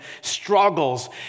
struggles